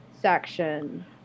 section